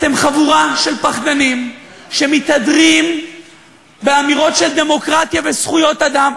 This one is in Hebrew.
אתם חבורה של פחדנים שמתהדרים באמירות של דמוקרטיה וזכויות אדם,